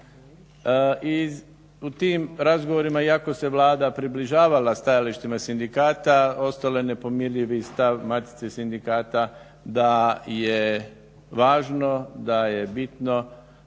I u tim razgovorima iako se Vlada približavala stajalištima sindikata ostao je nepomirljivi stav Matice sindikata da je važno da je bitno